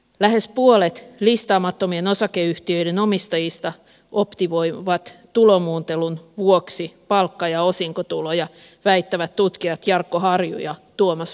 lähes puolet listaamattomien osakeyhtiöiden omistajista optimoivat tulomuuntelun vuoksi palkka ja osinkotuloja väittävät tutkijat jarkko harju ja tuomas matikka